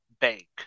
bank